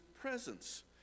presence